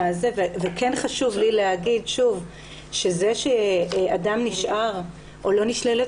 חשוב לי להגיד שזה שאדם נשאר או שלא נשללת